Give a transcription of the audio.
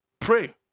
Pray